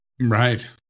Right